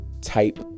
type